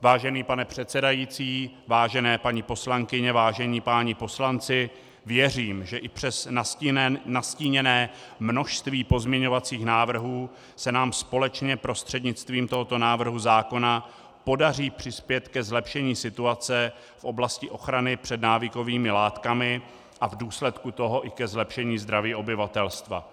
Vážený pane předsedající, vážené paní poslankyně, vážení páni poslanci, věřím, že i přes nastíněné množství pozměňovacích návrhů se nám společně prostřednictvím tohoto návrhu zákona podaří přispět ke zlepšení situace v oblasti ochrany před návykovými látkami a v důsledku toho i ke zlepšení zdraví obyvatelstva.